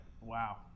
Wow